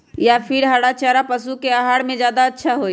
या फिर हरा चारा पशु के आहार में ज्यादा अच्छा होई?